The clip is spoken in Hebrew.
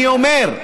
אני אומר,